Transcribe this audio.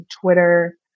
Twitter